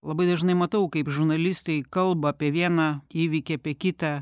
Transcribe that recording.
labai dažnai matau kaip žurnalistai kalba apie vieną įvykį apie kitą